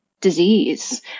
disease